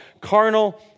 Carnal